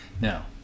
Now